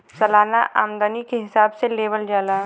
सालाना आमदनी के हिसाब से लेवल जाला